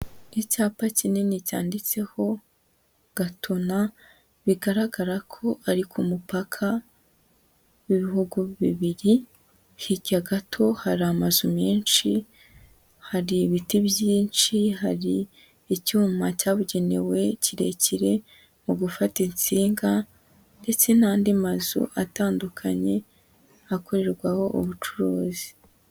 Icyapa kinini cyanditseho Gatuna, bigaragara ko ari ku mupaka w'ibihugu bibiri, hirya gato hari amazu menshi, hari ibiti byinshi, hari icyuma cyabugenewe, kirekire mu gufata insinga ndetse n'andi mazu atandukanye, akorerwaho ubucuruzi.